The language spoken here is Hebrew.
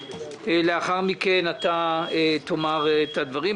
ולאחר מכן אתן לך כמובן לומר את דבריך.